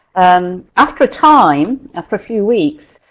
um after time, after a few weeks,